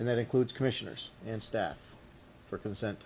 and that includes commissioners and staff for consent